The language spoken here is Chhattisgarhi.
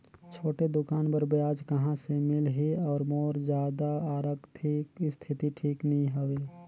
छोटे दुकान बर ब्याज कहा से मिल ही और मोर जादा आरथिक स्थिति ठीक नी हवे?